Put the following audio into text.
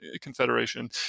confederation